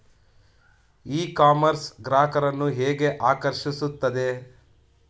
E commerce ಗ್ರಾಹಕರನ್ನು ಹೇಗೆ ಆಕರ್ಷಿಸುತ್ತದೆ?